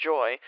Joy